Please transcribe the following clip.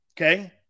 Okay